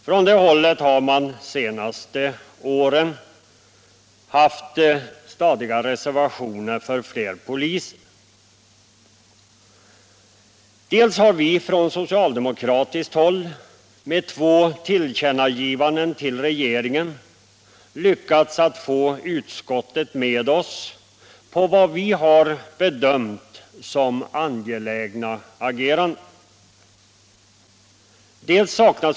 Från det hållet har man under de senaste åren haft ständigt återkommande reservationer med krav på fler poliser. För det andra har vi socialdemokrater med två tillkännagivanden till regeringen lyckats få utskottet med på vad vi har bedömt som angelägna ageranden.